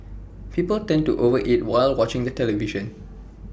people tend to over eat while watching the television